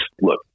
Look